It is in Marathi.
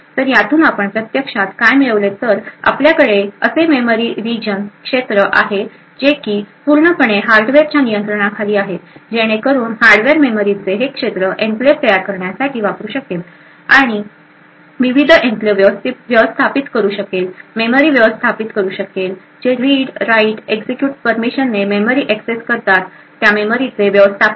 तर यातून आपण प्रत्यक्षात काय मिळवले तर आपल्याकडे असे मेमरी रीजन आहे जे की पूर्णपणे हार्डवेअरच्या नियंत्रणाखाली आहे जेणेकरुन हार्डवेअर मेमरीचे हे क्षेत्र एन्क्लेव्ह तयार करण्यासाठी वापरू शकेल विविध एन्क्लेव्ह व्यवस्थापित करू शकेल मेमरी व्यवस्थापित करू शकेल जे रीड राईट एक्झिक्युट परमिशन ने मेमरी एक्सेस करतात त्या मेमरीचे व्यवस्थापन करेल